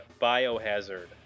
Biohazard